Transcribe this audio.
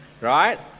right